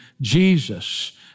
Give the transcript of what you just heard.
Jesus